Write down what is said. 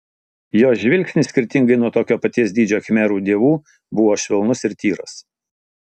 jos žvilgsnis skirtingai nuo tokio paties dydžio khmerų dievų buvo švelnus ir tyras